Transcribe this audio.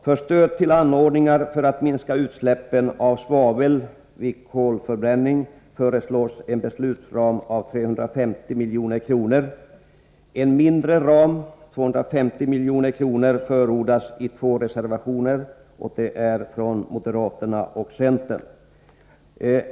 För stöd till anordningar för att minska utsläppen av svavel vid kolförbränning föreslås en beslutsram av 350 milj.kr. En mindre ram, 250 milj.kr., förordas i två reservationer från moderaterna och centern.